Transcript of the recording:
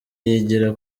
yigira